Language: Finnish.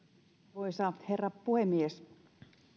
arvoisa herra puhemies